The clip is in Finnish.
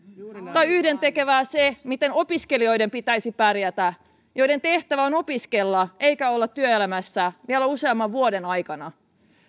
tai onko yhdentekevää se miten opiskelijoiden pitäisi pärjätä joiden tehtävä on opiskella eikä olla työelämässä vielä useamman vuoden aikana